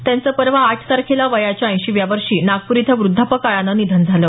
त्यांचं परवा आठ तारखेला वयाच्या ऐंशीव्या वर्षी नागपूर इथं वृद्धापकाळानं निधन झालं